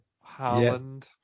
Harland